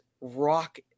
rock